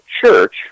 church